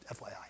FYI